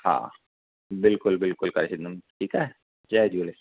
हा बिल्कुलु बुल्कुलु करे छॾंदुमि ठीकु आहे जय झूलेलाल